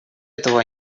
этого